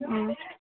ও